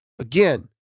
Again